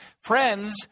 Friends